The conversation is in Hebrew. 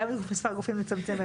גם את מספר הגופים לצמצם,